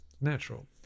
natural